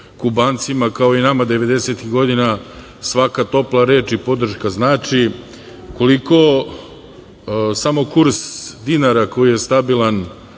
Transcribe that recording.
Kubancima, kao i nama 90-ih godina, svaka topla reč i podrška znači, koliko samo kurs dinara koji je stabilan